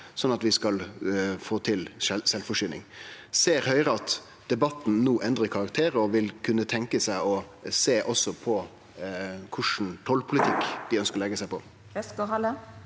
sånn at vi skal få til sjølvforsyning. Ser Høgre at debatten no endrar karakter, og vil dei kunne tenkje seg å sjå på kva for tollpolitikk dei ønskjer å leggje seg på?